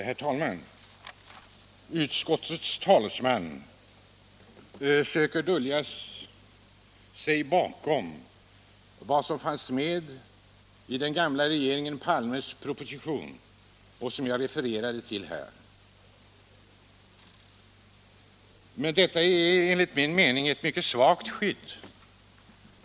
Herr talman! Utskottets talesman försöker dölja sig bakom vad som fanns med i den gamla regeringen Palmes proposition och som jag re fererade till här. Men detta ger enligt min mening ett mycket svagt Nr 45 skydd.